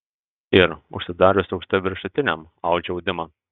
ir užsidarius aukšte viršutiniam audžia audimą